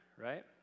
right